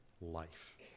life